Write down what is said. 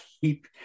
keep